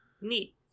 Neat